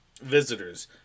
Visitors